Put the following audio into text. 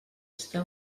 està